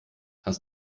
hast